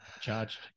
charge